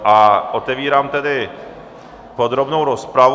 A otevírám tedy podrobnou rozpravu.